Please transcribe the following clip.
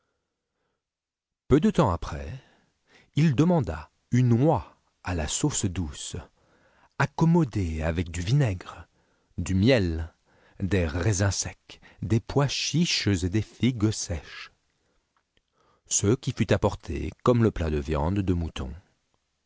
peu de temps après il demanda une oie à la sauce douce accommodée avec du vinaigre du miel des raisins secs des pois chiches et des figues sèches ce qui fut apporté comme le plat de viande de mouton